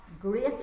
great